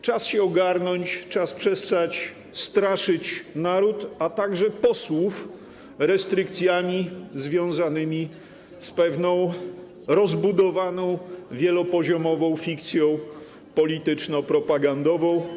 Czas się ogarnąć, czas przestać straszyć naród, a także posłów restrykcjami związanymi z pewną rozbudowaną, wielopoziomową fikcją polityczno-propagandową.